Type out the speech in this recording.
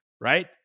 Right